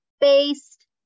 based